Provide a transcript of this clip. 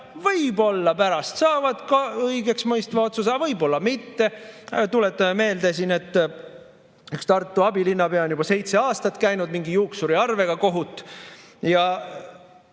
võib-olla pärast saavad ka õigeksmõistva otsuse, aga võib-olla mitte. Tuletame meelde siin, et üks Tartu abilinnapea on juba seitse aastat käinud mingi juuksuriarve pärast kohut.